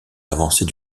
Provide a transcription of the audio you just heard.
avancées